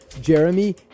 Jeremy